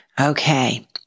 Okay